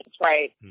right